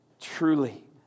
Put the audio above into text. truly